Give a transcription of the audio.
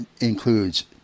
includes